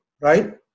right